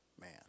man